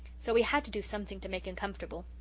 so we had to do something to make him comfortable.